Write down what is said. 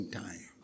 time